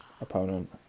opponent